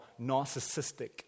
narcissistic